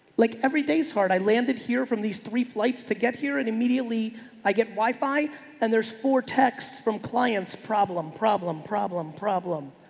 like every day is hard. i landed here from these three flights to get here and immediately i get wifi and there's four texts from clients. problem, problem, problem, problem.